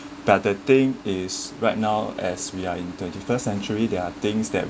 but the thing is right now as we are in twenty first century there are things that